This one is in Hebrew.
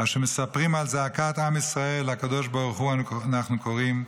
שמספרים על זעקת עם ישראל לקדוש ברוך הוא אנחנו קוראים: